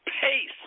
pace